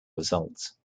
results